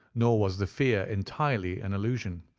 nor was the fear entirely an illusion,